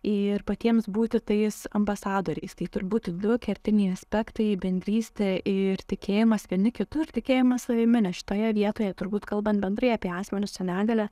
ir patiems būti tais ambasadoriais tai turbūt į du kertiniai aspektai į bendrystę ir tikėjimas vieni kitur tikėjimas savimi nes šitoje vietoje turbūt kalbant bendrai apie asmenis su negalia